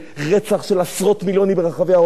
רצח של עשרות מיליונים ברחבי העולם,